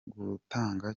gutanga